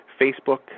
Facebook